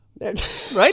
right